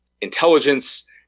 intelligence